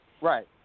Right